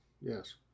yes